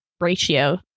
ratio